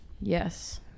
Yes